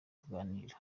kuganira